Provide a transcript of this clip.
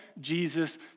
Jesus